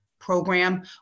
program